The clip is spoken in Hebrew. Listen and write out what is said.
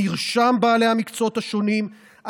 מרשם בעלי המקצועות השונים,